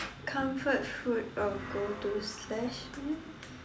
comfort food or go to slash eat